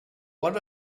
what